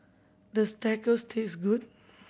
does Tacos taste good